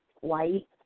white